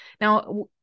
Now